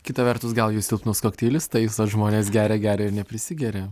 kita vertus gal jūs silpnus kokteilius taisot žmonės geria geria ir neprisigeria